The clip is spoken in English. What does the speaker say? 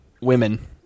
women